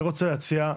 אני רוצה היום